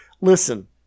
Listen